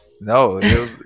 No